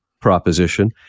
proposition